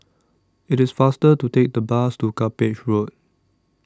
IT IS faster to Take The Bus to Cuppage Road